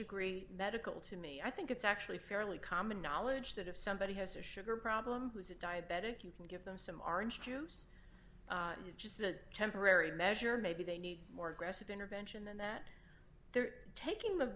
degree medical to me i think it's actually fairly common knowledge that if somebody has a sugar problem who's a diabetic you can give them some orange juice which is a temporary measure maybe they need more aggressive intervention and that they're taking the